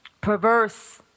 perverse